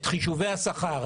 את חישובי השכר,